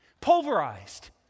pulverized